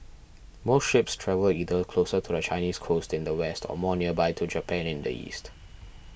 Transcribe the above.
most ships travel either closer to the Chinese coast in the west or more nearby to Japan in the east